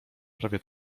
prawie